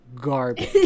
garbage